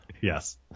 Yes